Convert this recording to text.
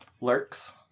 lurks